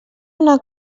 una